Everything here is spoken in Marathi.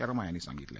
शर्मा यांनी सांगितलं